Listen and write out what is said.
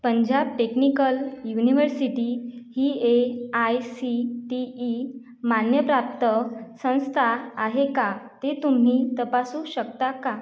Punjab technical university ही A I C T E मान्यप्राप्त संस्था आहे का ते तुम्ही तपासू शकता का